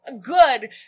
Good